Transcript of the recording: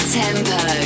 tempo